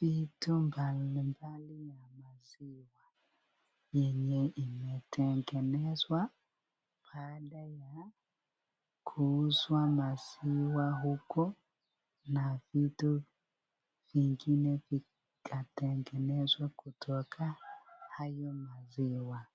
vitu mbalimbali ya maziwa yenye imetengenezwa baada ya kuuzwa maziwa huko na vitu vingine vikatengenezwa kutoka hayo maziwa.